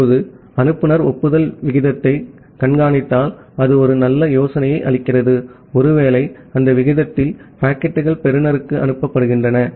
இப்போது அனுப்புநர் ஒப்புதல் விகிதத்தை கண்காணித்தால் அது ஒரு யோசனையை அளிக்கிறது ஒருவேளை அந்த விகிதத்தில் பாக்கெட்டுகள் பெறுநருக்கு அனுப்பப்படுகின்றன